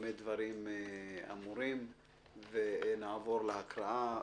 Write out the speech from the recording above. במה דברים אמורים ונעבור להקראה.